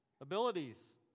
Abilities